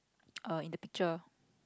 err in the picture